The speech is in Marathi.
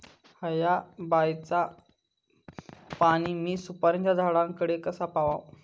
हया बायचा पाणी मी सुपारीच्या झाडान कडे कसा पावाव?